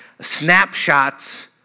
snapshots